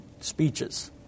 speeches